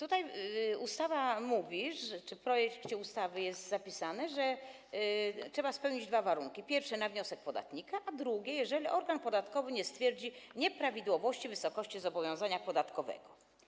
Ustawa mówi czy w projekcie ustawy jest zapisane, że trzeba spełnić dwa warunki: pierwszy, tj. na wniosek podatnika, i drugi, jeżeli organ podatkowy nie stwierdzi nieprawidłowości wysokości zobowiązania podatkowego.